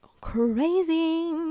crazy